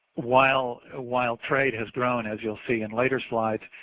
while ah while trade has grown as youill see in later slides,